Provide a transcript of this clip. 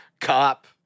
cop